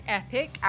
epic